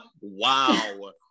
Wow